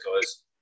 guys